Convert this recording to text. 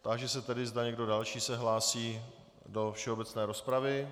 Táži se tedy, zda někdo další se hlásí do všeobecné rozpravy.